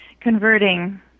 converting